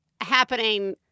happening